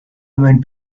might